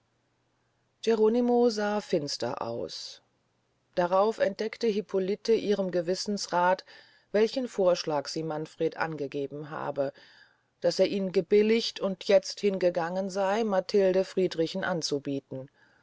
geronimo sah finster aus darauf entdeckte hippolite ihrem gewissensrath welchen vorschlag sie manfred angegeben habe daß er ihn gebilligt und jetzt hingegangen sey matilde friedrichen anzubieten